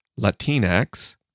Latinx